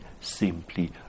simply